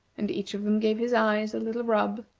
and each of them gave his eyes a little rub,